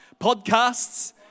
podcasts